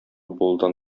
булудан